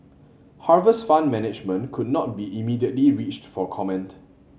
Harvest Fund Management could not be immediately reached for comment